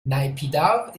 naypyidaw